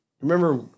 Remember